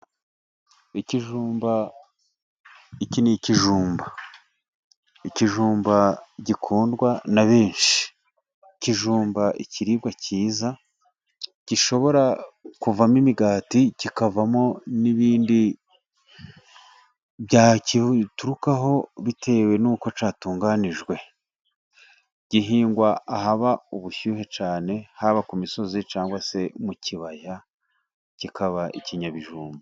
Ikijumba, iki ni ikijumba, ikijumba gikundwa na benshi, ikijumba n'ikiribwa cyiza gishobora kuvamo imigati, kikavamo n'ibindi byaturukaho bitewe n'uko cyatunganijwe, gihingwa ahaba ubushyuhe cyane haba ku misozi cyangwa se mu kibaya kikaba ikinyabijumba.